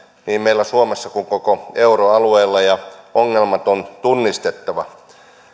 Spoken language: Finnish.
niin meillä suomessa kuin myös koko euroalueella ja ongelmat on tunnistettava